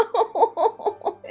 ah oh